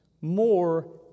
more